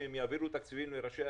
שאם הם יעבירו תקציבים לראשי